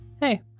Hey